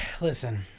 Listen